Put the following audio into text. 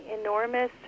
enormous